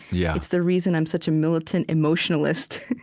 yeah it's the reason i'm such a militant emotionalist.